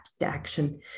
action